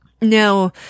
No